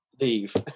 leave